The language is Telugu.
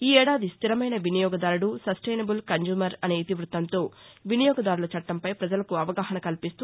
ఈఏడాది స్టిరమైన వినియోగదారుడు సప్టెన్ బుల్ కస్యూమర్ అనే ఇతివృత్తంతో వినియోగదారుల చట్టంపై పజలకు అవగాహన కల్పిస్తూ